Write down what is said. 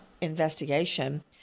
investigation